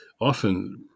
often